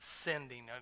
sending